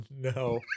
no